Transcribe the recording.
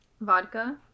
Vodka